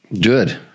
Good